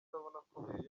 akomeye